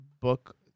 book